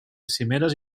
cimeres